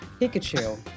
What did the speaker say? Pikachu